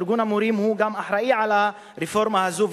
שארגון המורים גם הוא אחראי על הרפורמה הזו,